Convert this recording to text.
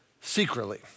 secretly